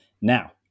Now